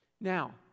Now